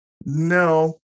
no